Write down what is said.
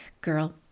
Girl